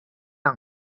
武将